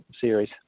series